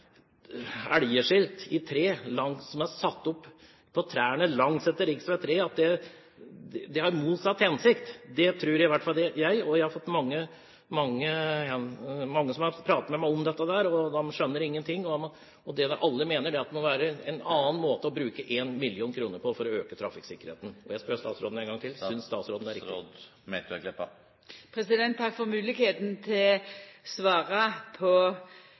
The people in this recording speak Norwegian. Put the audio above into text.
elgskilt i tre som er satt opp på trærne langsetter rv. 3, har det motsatt hensikt. Det tror i hvert fall jeg. Det er mange som har snakket med meg om dette, og de skjønner ingen ting. Det alle mener, er at det må være en annen måte å bruke 1 mill. kr på for å øke trafikksikkerheten. Jeg spør statsråden én gang til: Synes statsråden det er riktig? Takk for moglegheita til å svara på